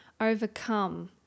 overcome